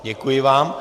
Děkuji vám.